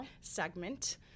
segment